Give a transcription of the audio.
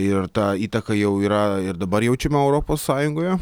ir ta įtaka jau yra ir dabar jaučiama europos sąjungoje